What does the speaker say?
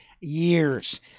years